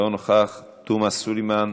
אינו נוכח, תומא סלימאן,